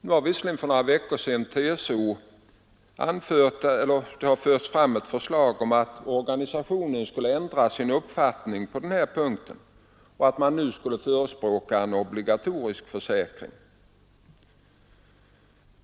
Visserligen har inom TCO förts fram ett förslag om att organisationen skulle ändra sin uppfattning på den här punkten och att man nu skulle förespråka en obligatorisk försäkring.